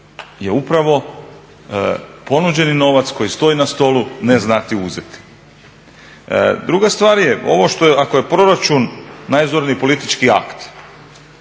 Upravo ponuđeni novac koji stoji na stolu i ne znati ga uzeti. Druga stvar je, ako je proračun najzorniji politički akt